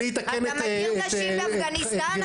אתה מכיר נשים באפגניסטאן?